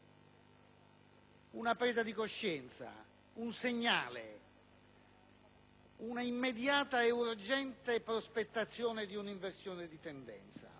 una presa di coscienza, un segnale, un'immediata ed urgente prospettazione di un'inversione di tendenza.